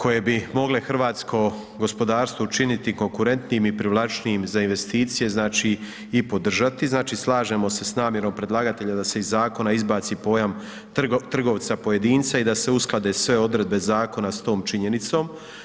koje bi mogle hrvatsko gospodarstvo učiniti konkurentnijim i privlačnijim za investicije, znači, i podržati, znači, slažemo se s namjerom predlagatelja da se iz zakona izbaci pojam trgovca pojedinca i da se usklade sve odredbe zakona s tom činjenicom.